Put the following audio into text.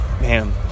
Man